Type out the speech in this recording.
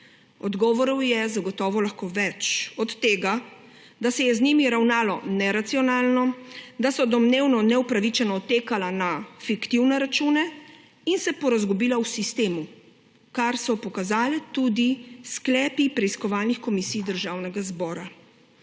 Odgovorov je zagotovo lahko več; od tega, da se je z njimi ravnalo neracionalno, da so domnevno neupravičeno odtekala na fiktivne račune in se porazgubila v sistemu, kar so pokazali tudi sklepi preiskovalnih komisij Državnega zbora.